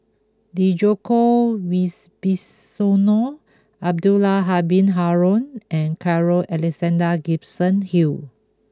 Djoko Wibisono Abdul Halim Haron and Carl Alexander Gibson Hill